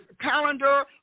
calendar